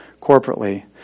corporately